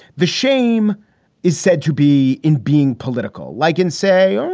the shame is said to be in being political, like in, say,